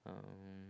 um